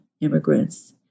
immigrants